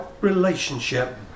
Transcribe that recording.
relationship